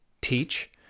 teach